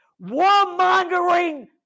War-mongering